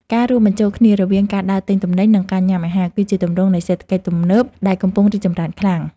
ការរួមបញ្ចូលគ្នារវាងការដើរទិញទំនិញនិងការញ៉ាំអាហារ គឺជាទម្រង់នៃសេដ្ឋកិច្ចទំនើបដែលកំពុងរីកចម្រើនខ្លាំង។